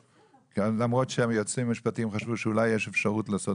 למרות שהיועצים המשפטיים חשבו שאולי יש אפשרות לעשות